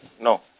No